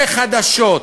בחדשות,